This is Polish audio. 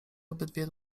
obydwie